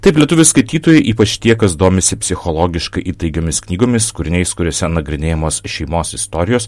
taip lietuvių skaitytojai ypač tie kas domisi psichologiškai įtaigiomis knygomis kūriniais kuriuose nagrinėjamos šeimos istorijos